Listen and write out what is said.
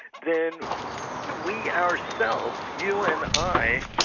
then we ourselves, you and i,